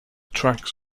tracks